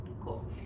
cool